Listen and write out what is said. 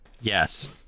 Yes